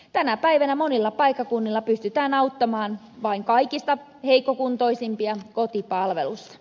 tänä päivänä monilla paikkakunnilla pystytään auttamaan vain kaikista heikkokuntoisimpia kotipalvelussa